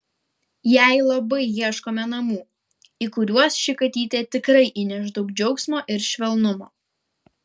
jai labai ieškome namų į kuriuos ši katytė tikrai įneš daug džiaugsmo ir švelnumo